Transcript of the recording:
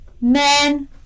men